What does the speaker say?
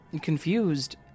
Confused